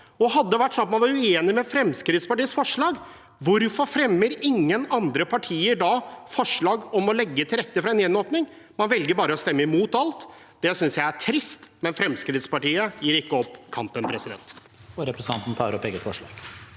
Hvis det handler om at man er uenig i Fremskrittspartiets forslag, hvorfor fremmer ingen andre partier da forslag om å legge til rette for en gjenåpning? Man velger bare å stemme imot alt. Det synes jeg er trist, men Fremskrittspartiet gir ikke opp kampen. Med det